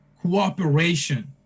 cooperation